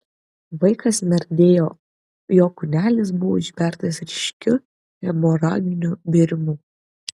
vaikas merdėjo jo kūnelis buvo išbertas ryškiu hemoraginiu bėrimu